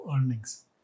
earnings